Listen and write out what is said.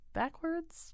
backwards